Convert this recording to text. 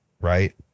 right